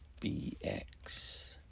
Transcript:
BX